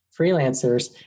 freelancers